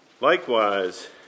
Likewise